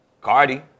Cardi